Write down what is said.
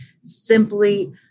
simply